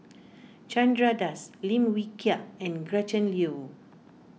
Chandra Das Lim Wee Kiak and Gretchen Liu